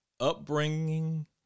Upbringing